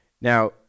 Now